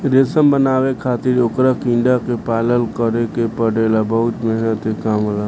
रेशम बनावे खातिर ओकरा कीड़ा के पालन करे के पड़ेला बहुत मेहनत के काम होखेला